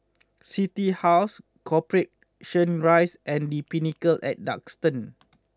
City House Corporation Rise and The Pinnacle at Duxton